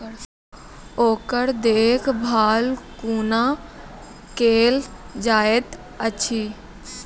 ओकर देखभाल कुना केल जायत अछि?